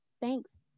Thanks